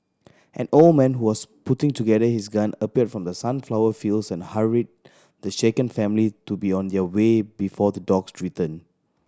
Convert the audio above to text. an old man who was putting together his gun appeared from the sunflower fields and hurried the shaken family to be on their way before the dogs return